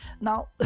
now